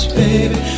baby